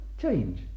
change